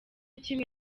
kimwe